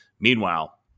Meanwhile